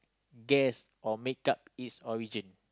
guess or make up its origin